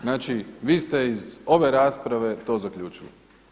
Znači vi ste iz ove rasprave to zaključili?